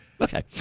Okay